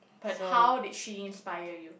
but how did she inspire you